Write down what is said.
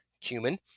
cumin